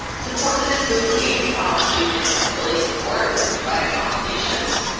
support for this move came from student accessibility support, who provide accommodations.